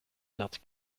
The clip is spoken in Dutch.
dat